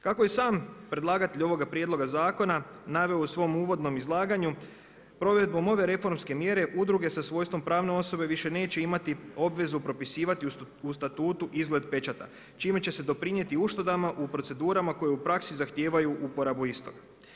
Kako je sam predlagatelj ovoga prijedloga zakona naveo u svom uvodnom izlaganju provedbom ove reformske mjere udruge sa svojstvom pravne osobe više neće imati obvezu propisivati u statutu izgled pečata čime će se doprinijeti uštedama u procedurama koje u praksi zahtijevaju uporabu istog.